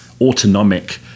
autonomic